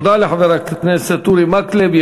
תודה לחבר הכנסת אורי מקלב.